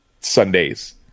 Sundays